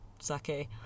sake